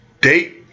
date